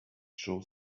joe